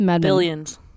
Billions